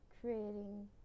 Creating